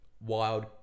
wild